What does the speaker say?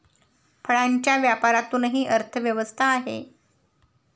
फळांच्या व्यापारातूनही अर्थव्यवस्था आहे